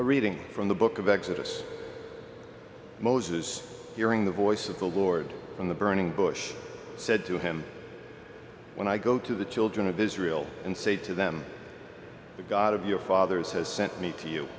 a reading from the book of exodus moses hearing the voice of the lord from the burning bush said to him when i go to the children of israel and say to them the god of your fathers has sent me to you